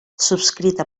subscrita